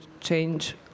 change